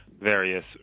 various